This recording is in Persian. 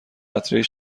قطرهای